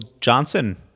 Johnson